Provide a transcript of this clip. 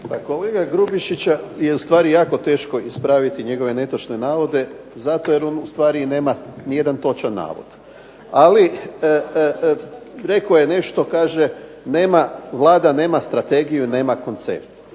kolegu Grubišića je ustvari jako teško ispraviti, njegove netočne navode zato jer on ustvari nema nijedan točan navod. Ali rekao je nešto, kaže Vlada nema strategiju i nema koncept.